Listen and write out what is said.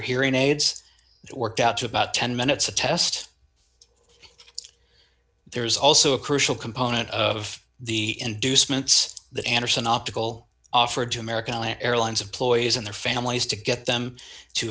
hearing aids worked out to about ten minutes a test there's also a crucial component of the inducements that anderson optical offered to american airlines employees and their families to get them to